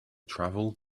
travel